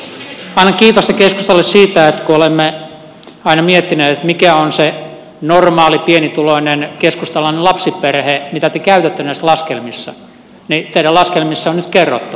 annan kiitosta keskustalle siitä että kun olemme aina miettineet mikä on se normaali pienituloinen keskustalainen lapsiperhe mitä te käytätte näissä laskelmissa niin teidän laskelmissanne se on nyt kerrottu